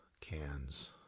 cans